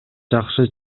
жакшы